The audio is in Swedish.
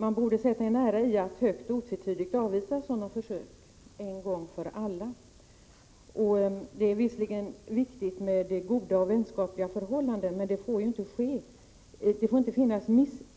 Man borde sätta en ära i att högt och otvetydigt avvisa sådana försök en gång för alla. Det är visserligen viktigt med goda och vänskapliga förbindelser, men det får inte finnas